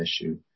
issue